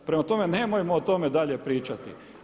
Prema tome, nemojmo o tome dalje pričati!